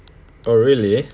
oh really